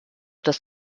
das